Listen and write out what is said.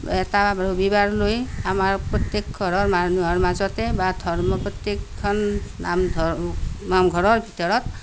এটা ৰবিবাৰ লৈ আমাৰ প্ৰত্যেক ঘৰৰ মানুহৰ মাজতে বা ধৰ্ম প্ৰত্যেকখন নামঘৰৰ ভিতৰত